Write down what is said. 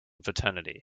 fraternity